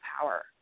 power